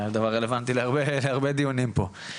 הדבר רלוונטי להרבה דיונים פה.